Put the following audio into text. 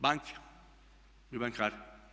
Banke i bankari.